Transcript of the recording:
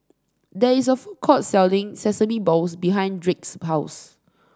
there is a food court selling Sesame Balls behind Drake's house